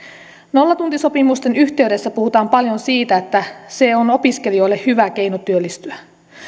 nollatuntisopimusten yhteydessä puhutaan paljon siitä että se on opiskelijoille hyvä keino työllistyä